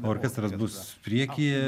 orkestras bus prieky